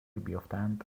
بیفتند